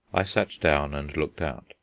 i sat down and looked out.